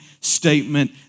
statement